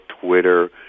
Twitter